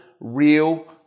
real